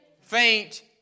Faint